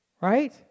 Right